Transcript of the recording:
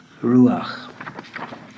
ruach